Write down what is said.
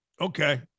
Okay